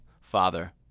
father